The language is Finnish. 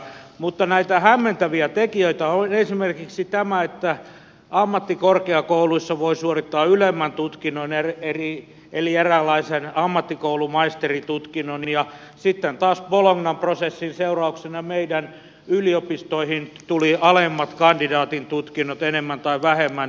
mutta näitä hämmentäviä tekijöitä on esimerkiksi tämä että ammattikorkeakouluissa voi suorittaa ylemmän tutkinnon eli eräänlaisen ammattikoulumaisteritutkinnon ja sitten taas bolognan prosessin seurauksena meidän yliopistoihimme tulivat alemmat kandidaatin tutkinnot enemmän tai vähemmän takaisin